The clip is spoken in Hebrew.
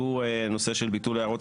שהוא ביטול הערות